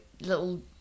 little